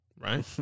right